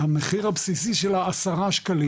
המחיר הבסיסי של עשרה שקלים.